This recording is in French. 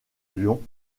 lyon